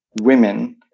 women